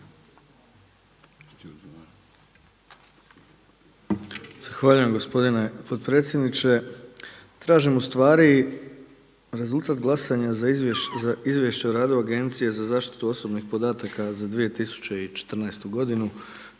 Zahvaljujem gospodine potpredsjedniče. Tražim ustvari rezultat glasanja za Izvješće o radu Agencije za zaštitu osobnih podataka za 2014. godinu